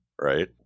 right